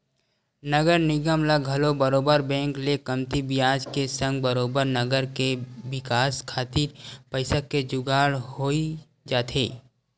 नगर निगम ल घलो बरोबर बेंक ले कमती बियाज के संग बरोबर नगर के बिकास खातिर पइसा के जुगाड़ होई जाथे